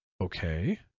okay